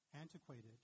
antiquated